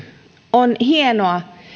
on hienoa